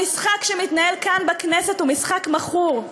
המשחק שמתנהל כאן בכנסת הוא משחק מכור.